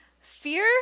fear